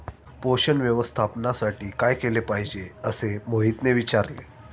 पोषण व्यवस्थापनासाठी काय केले पाहिजे असे मोहितने विचारले?